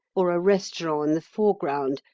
or a restaurant in the foreground,